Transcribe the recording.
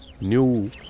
new